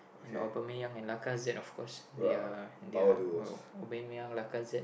and Aubanmeyang and Lacazette of course they're they're Aubanmeyang Lacazette